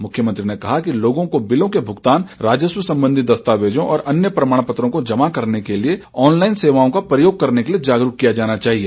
मुख्यमंत्री ने कहा कि लोगों को बिलों के भुगतान राजस्व संबंधी दस्तावेजों और अन्य प्रमाण पत्रों को जमा करने के लिए ऑनलाईन सेवाओं का प्रयोग करने के लिए जागरूक किया जाना चाहिए